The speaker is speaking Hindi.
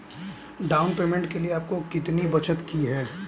डाउन पेमेंट के लिए आपने कितनी बचत की है?